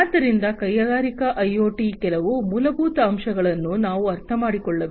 ಆದ್ದರಿಂದ ಕೈಗಾರಿಕಾ ಐಒಟಿಯ ಕೆಲವು ಮೂಲಭೂತ ಅಂಶಗಳನ್ನು ನಾವು ಅರ್ಥಮಾಡಿಕೊಳ್ಳಬೇಕು